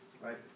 Right